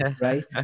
Right